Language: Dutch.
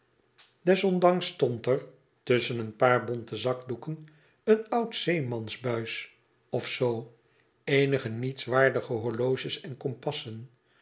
stond er tusschen een paar bonte zakdoeken eenoud zeemansbuisofzoo eenige nietswaardige horloges en kompassen